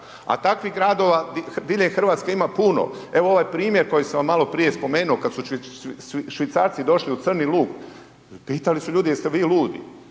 a takvih gradova diljem RH ima puno. Evo ovaj primjer koji sam vam maloprije spomenuo kad su Švicarci došli u Crni Lug, pitali su ljudi jeste li vi ludi,